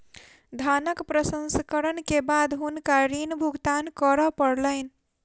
धानक प्रसंस्करण के बाद हुनका ऋण भुगतान करअ पड़लैन